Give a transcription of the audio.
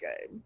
good